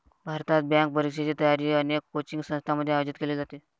भारतात, बँक परीक्षेची तयारी अनेक कोचिंग संस्थांमध्ये आयोजित केली जाते